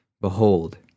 behold